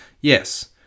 yes